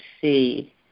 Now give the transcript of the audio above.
see